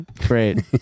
Great